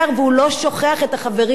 את הילדים הבאים בתור.